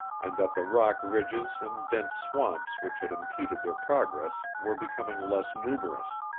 and that the rock ridges and dense swamps which had impeded their progress were becoming less numerous.